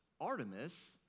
Artemis